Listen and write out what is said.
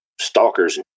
stalkers